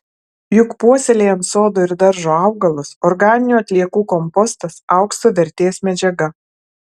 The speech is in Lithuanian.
juk puoselėjant sodo ir daržo augalus organinių atliekų kompostas aukso vertės medžiaga